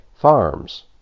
farms